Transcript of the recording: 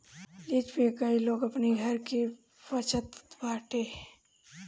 lease पे कई लोग अपनी घर के बचत बाटे